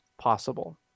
possible